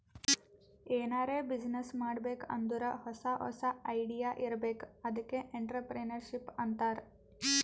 ಎನಾರೇ ಬಿಸಿನ್ನೆಸ್ ಮಾಡ್ಬೇಕ್ ಅಂದುರ್ ಹೊಸಾ ಹೊಸಾ ಐಡಿಯಾ ಇರ್ಬೇಕ್ ಅದ್ಕೆ ಎಂಟ್ರರ್ಪ್ರಿನರ್ಶಿಪ್ ಅಂತಾರ್